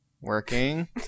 Working